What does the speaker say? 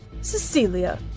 Cecilia